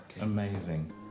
amazing